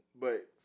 but-